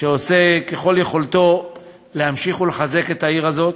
שעושה ככל יכולתו להמשיך ולחזק את העיר הזאת.